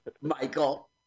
Michael